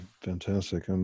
fantastic